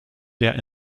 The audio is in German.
der